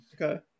Okay